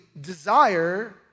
desire